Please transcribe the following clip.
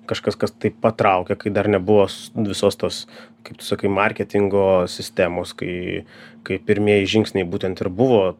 kažkas kas taip patraukia kai dar nebuvo s visos tos kaip tu sakai marketingo sistemos kai kai pirmieji žingsniai būtent ir buvo